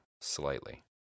slightly